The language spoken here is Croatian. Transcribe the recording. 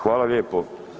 Hvala lijepo.